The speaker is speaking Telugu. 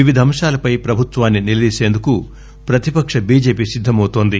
వివిధ అంశాలపై ప్రభుత్వాన్ని నిలదీసేందుకు ప్రతిపక్ష బిజెపి సిద్దమవుతోంది